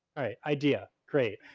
idea, great.